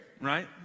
right